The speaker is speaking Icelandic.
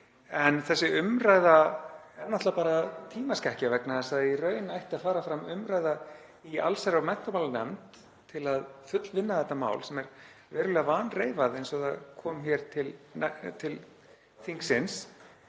En þessi umræða er náttúrlega bara tímaskekkja vegna þess að í raun ætti að fara fram umræða í allsherjar- og menntamálanefnd til að fullvinna þetta mál, sem er verulega vanreifað eins og það kom hér til þingsins.